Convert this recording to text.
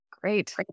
Great